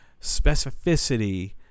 Specificity